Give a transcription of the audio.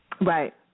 Right